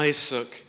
Isaac